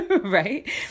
right